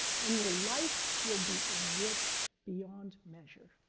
and your life will be enriched beyond measure.